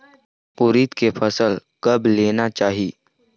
उरीद के फसल कब लेना चाही?